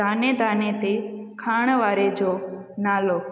दाने दाने ते खाइण वारे जो नालो